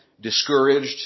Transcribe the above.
discouraged